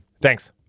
Thanks